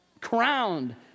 Crowned